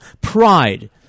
pride